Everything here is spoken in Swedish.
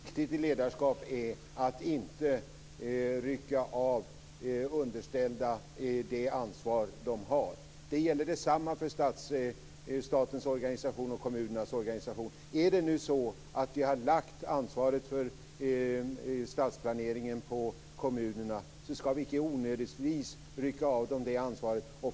Fru talman! Viktigt i ledarskap är att inte rycka av underställda det ansvar de har. Detsamma gäller för statens och kommunernas organisation. Har vi nu lagt ansvaret för stadsplaneringen på kommunerna skall vi icke onödigtvis rycka av dem det ansvaret.